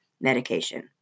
medication